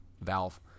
Valve